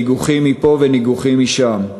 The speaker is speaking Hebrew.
ניגוחים מפה וניגוחים משם.